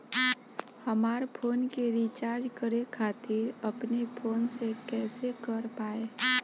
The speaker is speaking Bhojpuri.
हमार फोन के रीचार्ज करे खातिर अपने फोन से कैसे कर पाएम?